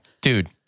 dude